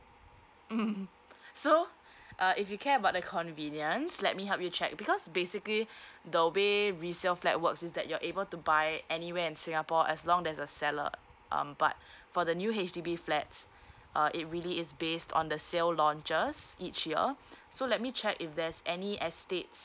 so uh if you care about the convenience let me help you check because basically the way resale flat works is that you're able to buy anywhere in singapore as long there's a seller um but for the new H_D_B flats uh it really is based on the sale launchers each year so let me check if there's any estates